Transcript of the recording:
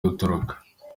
gutoroka